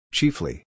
Chiefly